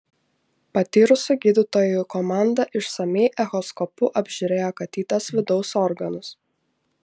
patyrusių gydytojų komanda išsamiai echoskopu apžiūrėjo katytės vidaus organus